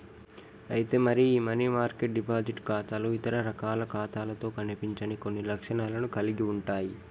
అయితే మరి ఈ మనీ మార్కెట్ డిపాజిట్ ఖాతాలు ఇతర రకాల ఖాతాలతో కనిపించని కొన్ని లక్షణాలను కలిగి ఉంటాయి